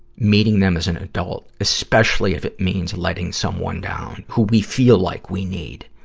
meeting them as an adult, especially if it means letting someone down who we feel like we need.